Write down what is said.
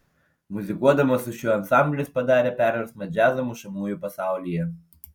muzikuodamas su šiuo ansambliu jis padarė perversmą džiazo mušamųjų pasaulyje